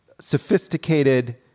sophisticated